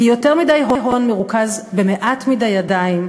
כי יותר מדי הון מרוכז במעט מדי ידיים,